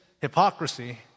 hypocrisy